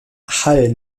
hall